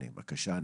יוליה, בבקשה.